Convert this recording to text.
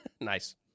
Nice